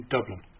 Dublin